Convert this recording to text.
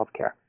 healthcare